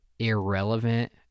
irrelevant